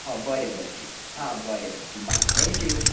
बरें भटजी हां बरें भटजी बाय थँक्यू